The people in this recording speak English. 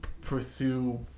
pursue